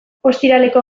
ostiraleko